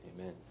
Amen